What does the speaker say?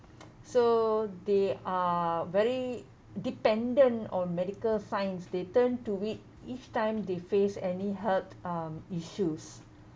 so they are very dependent on medical science they turn to it each time they face any hurt um issues